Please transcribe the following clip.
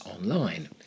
online